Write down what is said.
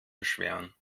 beschweren